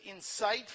insightful